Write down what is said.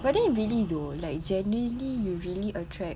but then really though like genuinely you really attract